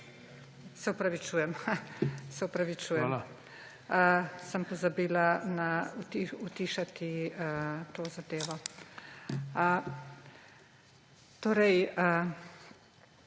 Se opravičujem, sem pozabila utišati to zadevo. Ko je